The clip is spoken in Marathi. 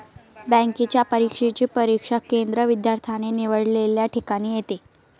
बँकेच्या परीक्षेचे परीक्षा केंद्र विद्यार्थ्याने निवडलेल्या ठिकाणी येते